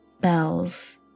bells